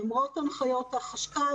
למרות הנחיות החשכ"ל,